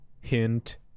Hint